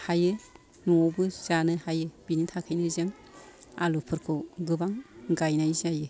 हायो न'आवबो जानो हायो बिनि थाखायनो जों आलुफोरखौ गोबां गायनाय जायो